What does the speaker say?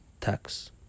tax